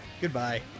goodbye